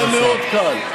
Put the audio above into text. זה מאוד קל.